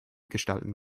gestalten